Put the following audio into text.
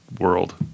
world